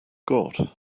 got